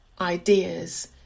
ideas